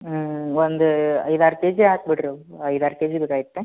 ಹಾಂ ಒಂದು ಐದು ಆರು ಕೆ ಜಿ ಹಾಕಿ ಬಿಡ್ರಿ ಐದಾರು ಕೆ ಜಿ ಬೇಕಾಗಿತ್ತು